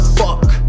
fuck